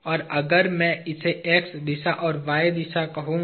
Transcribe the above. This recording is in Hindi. तो अगर मैं इसे x दिशा और इसे y दिशा कहूँगा